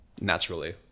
naturally